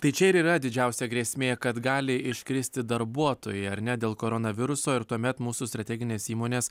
tai čia ir yra didžiausia grėsmė kad gali iškristi darbuotojai ar ne dėl koronaviruso ir tuomet mūsų strateginės įmonės